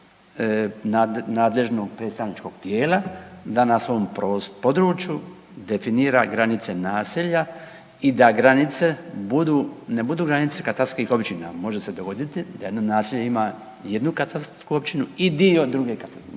stvar nadležnog predstavničkog tijela da na svom području definira granice naselja i da granice budu, ne budu granice katastarskih općina, može se dogoditi da jedno naselje ima jednu katastarsku općinu i dio druge